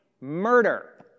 murder